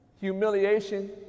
Humiliation